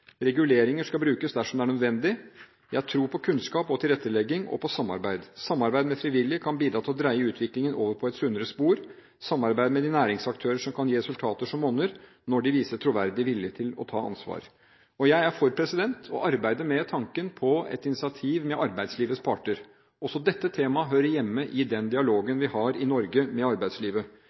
Reguleringer skal brukes dersom det er nødvendig. Jeg tror på kunnskap og tilrettelegging – og på samarbeid. Samarbeid med frivillige kan bidra til å dreie utviklingen over på et sunnere spor. Samarbeid med næringsaktører kan gi resultater som monner – når de viser troverdig vilje til å ta ansvar. Jeg er for å arbeide med tanken på et initiativ med arbeidslivets parter. Også dette temaet hører hjemme i den dialogen vi har i Norge med arbeidslivet.